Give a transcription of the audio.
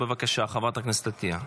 בבקשה, חברת הכנסת עטייה.